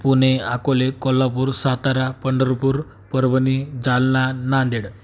Pune Akola Kolhapur Satara Pandharpur Parbhani Jalna Nanded